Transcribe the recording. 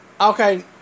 Okay